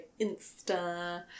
Insta